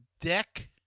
deck